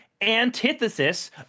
antithesis